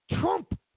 Trump